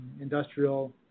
industrial